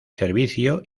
servicio